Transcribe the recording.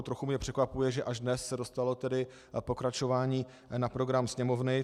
Trochu mě překvapuje, že až dnes se dostalo tedy pokračování na program Sněmovny.